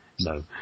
No